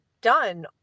done